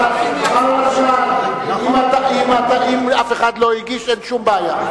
אף אחד, אם אף אחד עוד לא הגיש, אין שום בעיה.